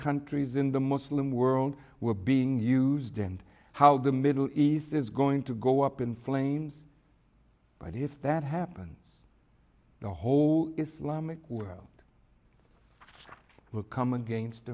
countries in the muslim world were being used and how the middle east is going to go up in flames but if that happens the whole islamic world will come against